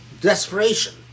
desperation